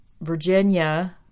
Virginia